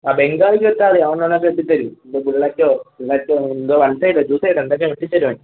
ആ ബംഗാളി ക്ക് വെട്ടാന് അറിയാം അവൻ നന്നായിട്ട് വെട്ടിത്തരും നിൻ്റെ മുള്ളാറ്റോ മുല്ലാറ്റോ എന്തോ വൺ സൈഡോ ടൂ സൈഡോ എന്തൊക്കെ വെട്ടി തരും അവൻ